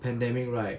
pandemic right